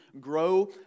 grow